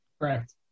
Correct